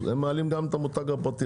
הם מעלים גם את המותג הפרטי,